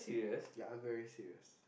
ya I'm very serious